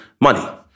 money